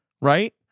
Right